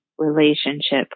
relationship